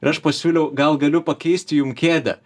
ir aš pasiūliau gal galiu pakeisti jum kėdę